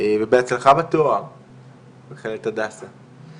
ובהצלחה בתואר במכללת "הדסה".